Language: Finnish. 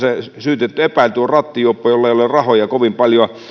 se epäilty on rattijuoppo jolla ei ole rahoja kovin paljoa